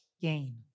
gain